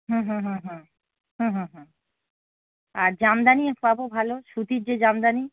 হুম হুম হুম হুম হুম হুম হুম আর জামদানি পাব ভালো সুতির যে জামদানি